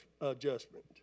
Adjustment